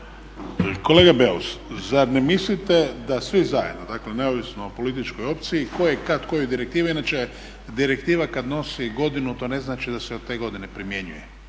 Kolega Beus zar ne mislite da svi zajedno dakle neovisno o političkoj opciji tko je kada koje direktive inače direktiva kada nosi godinu to ne znači da se od te godine primjenjuje.